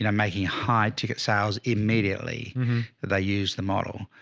you know making high ticket sales immediately that they use the model.